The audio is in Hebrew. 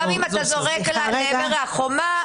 גם אם אתה זורק לעבר החומה,